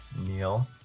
Neil